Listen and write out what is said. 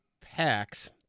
packs